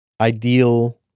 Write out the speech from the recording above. ideal